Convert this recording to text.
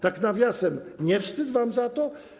Tak nawiasem, nie wstyd wam za to?